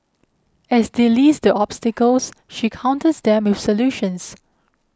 as they list the obstacles she counters them with solutions